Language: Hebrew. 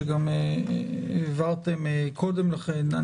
שגם העברתם קודם לכן.